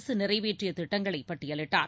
அரசு நிறைவேற்றிய திட்டங்களை பட்டியிலிட்டார்